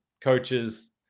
coaches